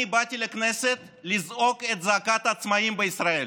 אני באתי לכנסת לזעוק את זעקת העצמאים בישראל.